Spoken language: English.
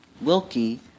Wilkie